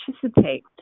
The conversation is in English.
participate